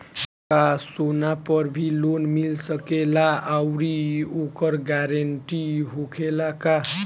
का सोना पर भी लोन मिल सकेला आउरी ओकर गारेंटी होखेला का?